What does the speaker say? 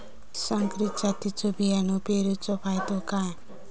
संकरित जातींच्यो बियाणी पेरूचो फायदो काय?